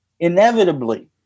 inevitably